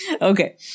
Okay